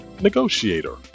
negotiator